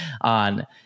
on